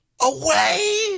away